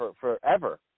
forever